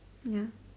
ya